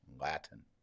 latin